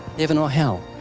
heaven or hell?